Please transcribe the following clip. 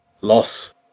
loss